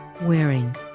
Wearing